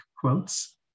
quotes